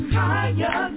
higher